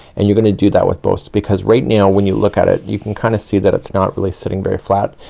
and you're gonna do that with both, because right now when you look at it, you can kind of see that it's not really sitting very flat.